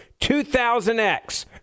2000X